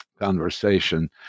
conversation